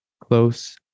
close